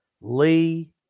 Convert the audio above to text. Lee